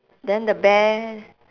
then the bear